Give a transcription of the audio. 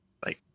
Bye